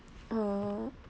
err